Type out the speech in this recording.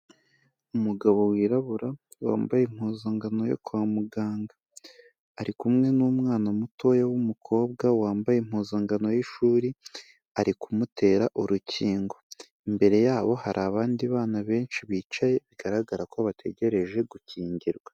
Umugabo wirabura wambaye impuzankano yo kwa muganga, ari kumwe n'umwana mutoya w'umukobwa wambaye impuzankano y'ishuri, ari kumutera urukingo, imbere yabo hari abandi bana benshi bicaye, bigaragara ko bategereje gukingirwa.